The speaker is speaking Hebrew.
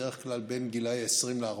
בדרך כלל בין גיל 20 ל-40,